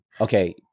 okay